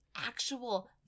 actual